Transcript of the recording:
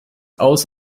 aus